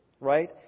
right